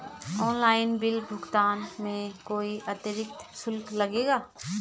Online bill भुगतान में कोई अतिरिक्त शुल्क लगेगा?